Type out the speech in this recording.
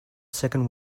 second